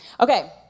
Okay